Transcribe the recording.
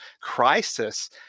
crisis